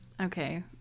Okay